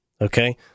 okay